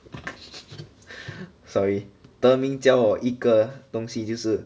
sorry 德明教我一个东西就是